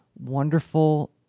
wonderful